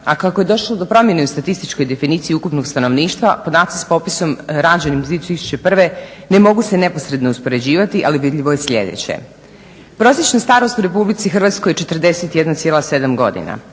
a kako je došlo do promjene u statističkoj definiciji ukupnog stanovništva podaci s popisom rađenim 2001. ne mogu se neposredno uspoređivati ali vidljivo je sljedeće: prosječna starost u RH je 41,7 godina,